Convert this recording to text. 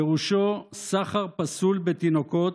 פירושו סחר פסול בתינוקות,